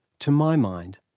to my mind,